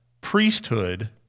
priesthood